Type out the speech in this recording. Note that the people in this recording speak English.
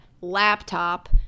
laptop